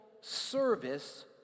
service